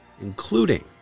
including